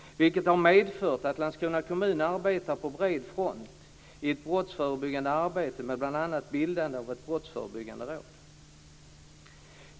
Det har medfört att Landskrona kommun nu arbetar på bred från i ett brottsförebyggande arbete med bl.a. bildande av ett brottsförebyggande råd.